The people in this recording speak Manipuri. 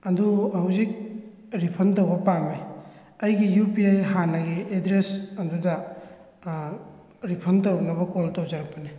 ꯑꯗꯨ ꯍꯧꯖꯤꯛ ꯔꯤꯐꯟ ꯇꯧꯕ ꯄꯥꯝꯃꯦ ꯑꯩꯒꯤ ꯏꯎ ꯄꯤ ꯑꯥꯏ ꯍꯥꯟꯅꯒꯤ ꯑꯦꯗ꯭ꯔꯦꯁ ꯑꯗꯨꯗ ꯔꯤꯐꯟ ꯇꯧꯅꯕ ꯀꯣꯜ ꯇꯧꯖꯔꯛꯄꯅꯦ